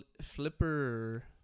flipper